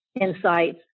insights